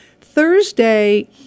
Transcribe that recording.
Thursday